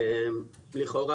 לכאורה,